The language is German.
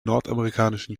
nordamerikanischen